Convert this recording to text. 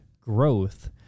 growth